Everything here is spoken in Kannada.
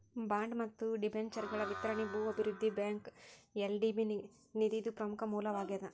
ಬಾಂಡ್ ಮತ್ತ ಡಿಬೆಂಚರ್ಗಳ ವಿತರಣಿ ಭೂ ಅಭಿವೃದ್ಧಿ ಬ್ಯಾಂಕ್ಗ ಎಲ್.ಡಿ.ಬಿ ನಿಧಿದು ಪ್ರಮುಖ ಮೂಲವಾಗೇದ